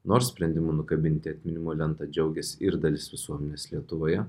nors sprendimu nukabinti atminimo lentą džiaugėsi ir dalis visuomenės lietuvoje